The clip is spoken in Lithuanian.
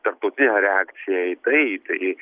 tarptautinę reakciją į tai tai